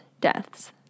deaths